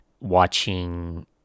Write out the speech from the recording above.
watching